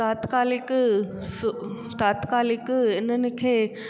तात्कालिक सु तात्कालिक इन्हनि खे